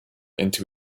into